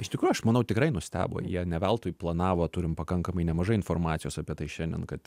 iš tikrų aš manau tikrai nustebo jie ne veltui planavo turim pakankamai nemažai informacijos apie tai šiandien kad